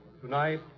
Tonight